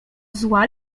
zła